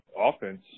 offense